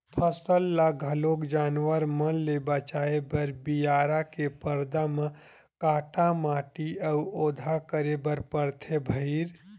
फसल ल घलोक जानवर मन ले बचाए बर बियारा के परदा म काटा माटी अउ ओधा करे बर परथे भइर